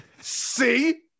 see